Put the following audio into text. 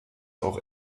auch